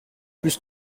plus